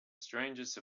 strangest